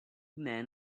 men